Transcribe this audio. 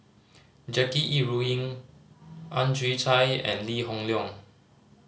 Jackie Yi Ru Ying Ang Chwee Chai and Lee Hoon Leong